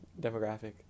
demographic